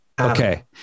Okay